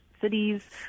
cities